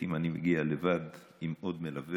לעיתים אני מגיע לבד, עם עוד מלווה,